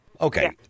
Okay